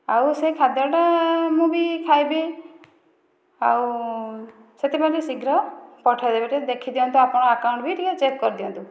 ଆଉ ସେ ଖାଦ୍ୟଟା ମୁଁ ବି ଖାଇବି ଆଉ ସେଥି ପ୍ରତି ଶୀଘ୍ର ପଠେଇଦେବେ ଟିକେ ଦେଖିଦିଅନ୍ତୁ ଆପଣଙ୍କ ଆକାଉଣ୍ଟ ବି ଟିକେ ଚେକ୍ କରିଦିଅନ୍ତୁ